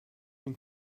den